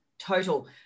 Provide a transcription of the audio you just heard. Total